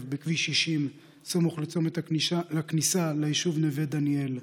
בכביש 60 סמוך לצומת הכניסה ליישוב נווה דניאל.